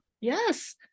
Yes